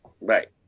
right